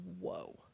whoa